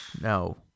No